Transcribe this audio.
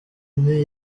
nke